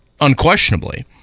unquestionably